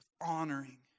honoring